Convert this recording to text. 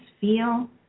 feel